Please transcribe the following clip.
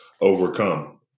overcome